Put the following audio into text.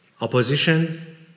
Opposition